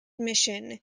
mission